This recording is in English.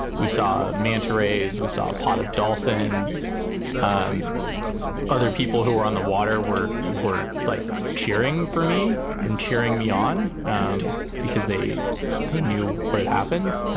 we saw manta rays. we saw a pot of dolphins and other people who were on the water were were like cheering for me and cheering me on because they they knew what had happened.